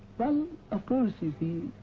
well, of course, you see,